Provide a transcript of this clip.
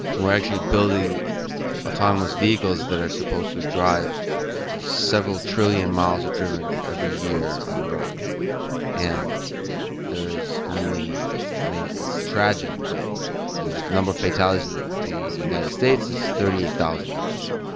we're actually building autonomous vehicles that are supposed to drive the several trillion miles of driven every year on roads and there is only it's tragic, but the number of fatalities in the united states is thirty eight thousand last year.